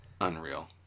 Unreal